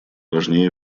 важнее